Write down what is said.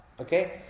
Okay